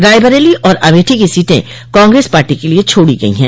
रायबरेली और अमेठी की सीटें कांग्रेस पार्टी के लिये छोड़ो गइ है